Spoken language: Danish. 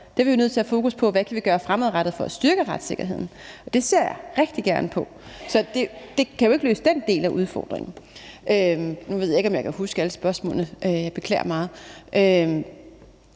Vi er nødt til at have fokus på, hvad vi kan gøre fremadrettet for at styrke retssikkerheden, og det ser jeg rigtig gerne på. Det kan jo ikke løse den bagudrettede del af udfordringen. Nu ved jeg ikke, om jeg kan huske alle spørgsmålene, beklager meget.